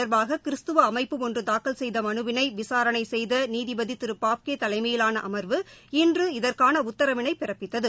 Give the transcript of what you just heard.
தொடர்பாககிறிஸ்துவஅமைப்பு இது ஒன்றுதாக்கல் செய்தமனுவினைவிசாரணைசெய்தநீதிபதிதிருபாப்கேதலைமையிலானஅமா்வு இன்று இதற்கானஉத்தரவினைபிறப்பித்தது